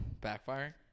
Backfiring